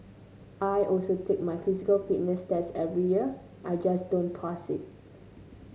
I also take my physical fitness test every year I just don't pass it